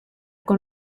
con